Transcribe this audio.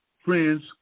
friends